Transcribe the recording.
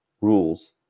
rules